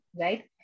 right